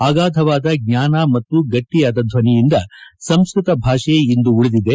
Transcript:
ಅಗಾಧವಾದ ಜ್ಞಾನ ಮತ್ತು ಗಟ್ಟಿಯಾದ ಧ್ವನಿಯಿಂದ ಸಂಸ್ಕೃತ ಭಾಷೆ ಇಂದು ಉಳಿದಿದೆ